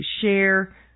share